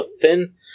thin